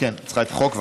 את צריכה את החוק.